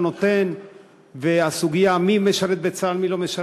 נותן ולסוגיה מי משרת בצה"ל ומי לא משרת,